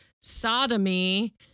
sodomy